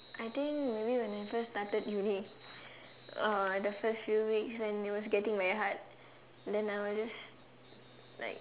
I think maybe when I first started uni uh like the first few weeks when it was getting very hard then I will just like